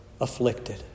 afflicted